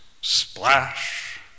splash